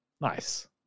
Nice